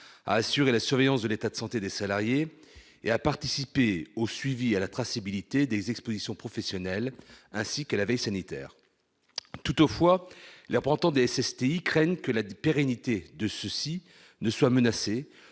à assurer la surveillance de l'état de santé des salariés et à participer au suivi et à la traçabilité des expositions professionnelles, ainsi qu'à la veille sanitaire. Toutefois, les représentants des SSTI craignent que la pérennité de ceux-ci ne soit menacée,